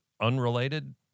unrelated